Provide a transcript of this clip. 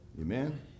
Amen